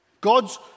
God's